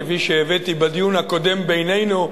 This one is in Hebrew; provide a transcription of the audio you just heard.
כפי שהבאתי בדיון הקודם בינינו,